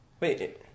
Wait